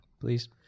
please